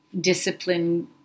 discipline